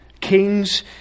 kings